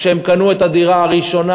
כשהם קנו את הדירה הראשונה,